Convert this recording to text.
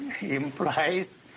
implies